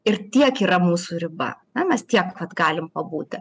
ir tiek yra mūsų riba na mes tiek vat galim pabūti